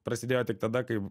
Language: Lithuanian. prasidėjo tik tada kai